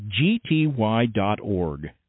gty.org